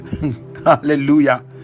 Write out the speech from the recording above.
hallelujah